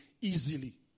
easily